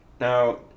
Now